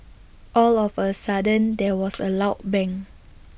all of A sudden there was A loud bang